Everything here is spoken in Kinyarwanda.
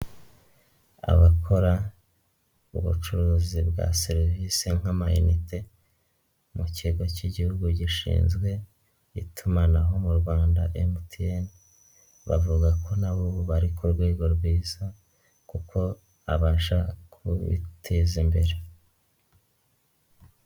Abakora ubucuruzi bwa serivisi nk'amayinite, mu kigo cy'igihugu gishinzwe itumanaho mu Rwanda MTN, bavuga ko nabo bari ku rwego rwiza kuko abasha kwiteza imbere.